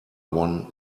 won